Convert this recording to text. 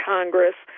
Congress